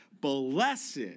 blessed